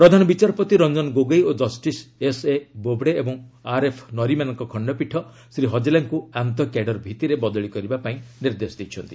ପ୍ରଧାନ ବିଚାରପତି ରଞ୍ଜନ ଗୋଗୋଇ ଓ justice S A Bobde ଏବଂ ଆର୍ଏଫ୍ ନରିମାନଙ୍କ ଖଣ୍ଡପୀଠ ଶ୍ରୀ ହଜେଲାଙ୍କୁ ଆନ୍ତଃ କ୍ୟାଡର ଭିଭିରେ ବଦଳି କରିବା ପାଇଁ ନିର୍ଦ୍ଦେଶ ଦେଇଛନ୍ତି